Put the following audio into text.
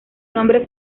nombre